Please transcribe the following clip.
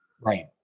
Right